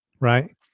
right